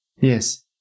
Yes